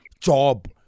job